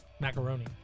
Macaroni